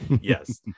yes